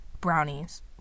brownies